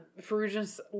Ferruginous